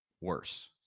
worse